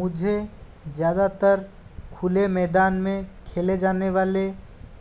मुझे ज़्यादातर खुले मैदान में खेले जाने वाले